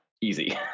easy